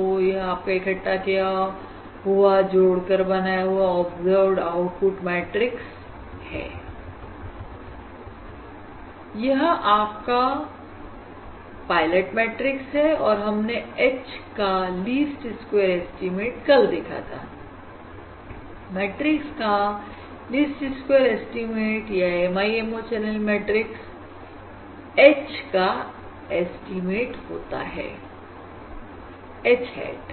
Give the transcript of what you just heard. तो यह आपका इकट्ठा किया हुआ जोड़कर बनाया हुआ ऑब्जर्व्डआउटपुट मैट्रिक्स है यह आपका पायलट मैट्रिक्स है और हमने H का लिस्ट स्क्वेयर एस्टीमेट कल देखा था मैट्रिक्स का लीस्ट स्क्वेयर एस्टीमेट या MIMO चैनल मैट्रिक्स H का एस्टीमेट होता है H hat